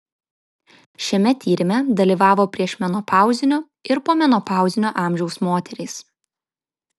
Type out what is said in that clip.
šiame tyrime dalyvavo priešmenopauzinio ir pomenopauzinio amžiaus moterys